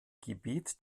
gebiet